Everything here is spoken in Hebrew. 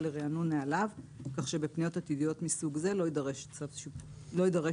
לריענון נהליו כך שבפניות עתידיות מסוג זה לא יידרש צו שיפוטי".